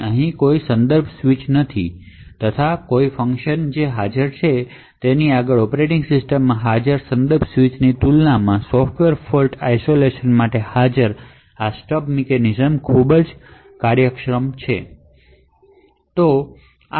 ત્યાં કોઈ context switch નથી ત્યાં કોઈ ઈંટરપટ નથી અને ઑપરેટિંગ સિસ્ટમમાં હાજર કોંટેક્સ્ટ સ્વિચની તુલનામાં સોફ્ટવેર ફોલ્ટ આઇસોલેશન સાથે હાજર આ સ્ટબ મિકેનિઝમ્સ ખૂબ કાર્યક્ષમ છે